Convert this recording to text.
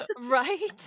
Right